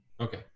Okay